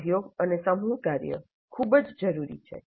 સહયોગ અને સમૂહ કાર્ય ખૂબ જ જરૂરી છે